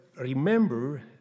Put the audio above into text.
remember